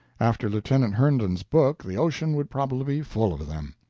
after lieutenant herndon's book the ocean would probably be full of them.